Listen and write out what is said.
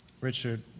Richard